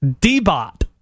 D-Bot